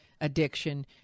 addiction